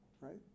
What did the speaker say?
right